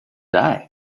die